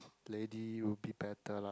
lady would be better lah